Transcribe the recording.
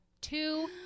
two